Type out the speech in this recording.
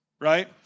right